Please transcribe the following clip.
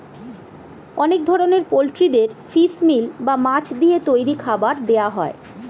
অনেক ধরনের পোল্ট্রিদের ফিশ মিল বা মাছ দিয়ে তৈরি খাবার দেওয়া হয়